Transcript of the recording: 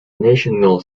national